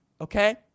okay